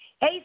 Hey